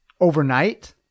overnight